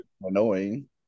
annoying